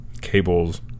cables